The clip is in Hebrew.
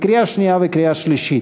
לקריאה שנייה וקריאה שלישית.